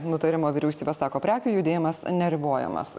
nutarimo vyriausybė sako prekių judėjimas neribojamas